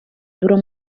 durò